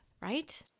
right